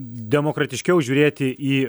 demokratiškiau žiūrėti į